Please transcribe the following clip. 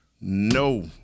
no